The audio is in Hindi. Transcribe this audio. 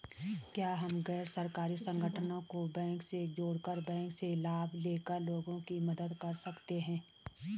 क्या हम गैर सरकारी संगठन को बैंक से जोड़ कर बैंक से लाभ ले कर लोगों की मदद कर सकते हैं?